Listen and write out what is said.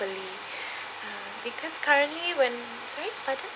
properly uh because currently when sorry pardon